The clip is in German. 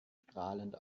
strahlend